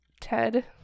Ted